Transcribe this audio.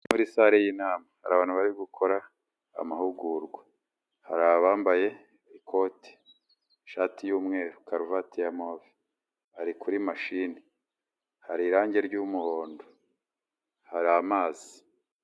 Muri sare y'inama, hari abantu bari gukora amahugurwa, hari abambaye ikoti, ishati y'umweru, karuvati ya move, ari kuri mashini, hari irangi ry'umuhondo, hari amazi.